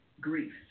grief